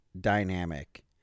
dynamic